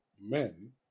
men